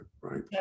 right